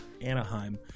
Anaheim